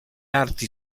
arti